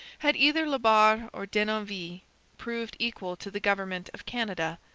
had either la barre or denonville proved equal to the government of canada,